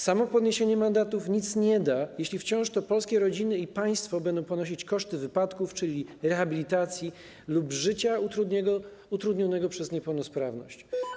Samo podniesienie mandatów nic nie da, jeśli wciąż to polskie rodziny i państwo będą ponosić koszty wypadków, czyli rehabilitacji lub życia utrudnionego przez niepełnosprawność.